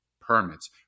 permits